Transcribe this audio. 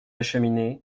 cheminée